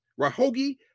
Rahogi